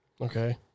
Okay